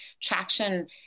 traction